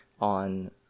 on